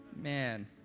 man